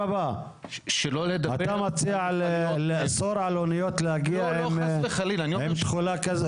אתה מציע לאסור על אוניות להגיע עם תכולה כזאת?